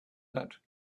that